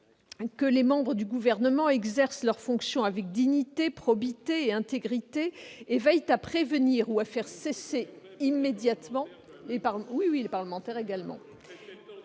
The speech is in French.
que les membres du Gouvernement « exercent leurs fonctions avec dignité, probité et intégrité et veillent à prévenir ou à faire cesser immédiatement tout conflit d'intérêts